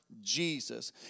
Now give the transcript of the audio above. Jesus